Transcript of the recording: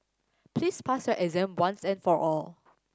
please pass your exam once and for all